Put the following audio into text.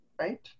right